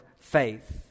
faith